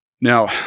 Now